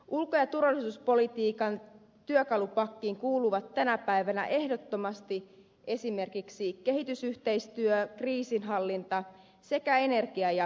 ulko ja turvallisuuspolitiikan työkalupakkiin kuuluvat tänä päivänä ehdottomasti esimerkiksi kehitysyhteistyö kriisinhallinta sekä energia ja ruokahuolto